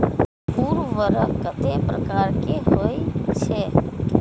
उर्वरक कतेक प्रकार के होई छै?